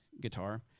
guitar